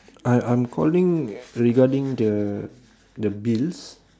I'm I'm calling regarding the the bills